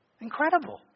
Incredible